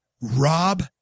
Rob